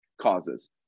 causes